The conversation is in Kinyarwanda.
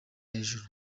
hejuru